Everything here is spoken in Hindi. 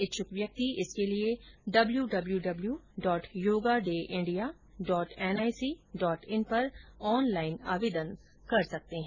इच्छक व्यक्ति इसके लिए W W W W dot yoga day India dot N I C dot in पर ऑन लाइन आवेदन कर सकते हैं